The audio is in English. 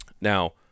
Now